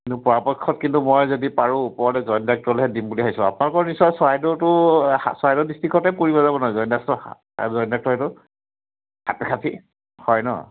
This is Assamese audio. কিন্তু পৰাপক্ষত কিন্তু মই যদি পাৰোঁ ওপৰলৈ জইণ্ট ডাইৰেক্টৰলৈহে দিম বুলি ভাবিছোঁ আপোনালোকৰ নিশয় চৰাইদউটো সাপ চৰাইদেউ ডিষ্ট্ৰিকতে পৰিব যাব নহয় জানো জইণ্ট ডাইৰেক্টৰ সাপেখাতি জইণ্ট ডাইৰেক্টৰেতো সাপেখাতি হয় ন